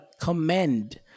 commend